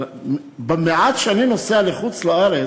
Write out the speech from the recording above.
אבל במעט שאני נוסע לחוץ-לארץ,